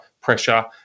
pressure